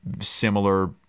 similar